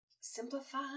simplify